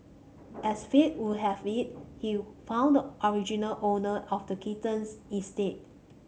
as fate would have it he found the original owner of the kittens instead